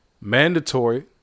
mandatory